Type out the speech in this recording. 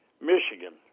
Michigan